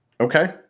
Okay